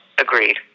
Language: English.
agreed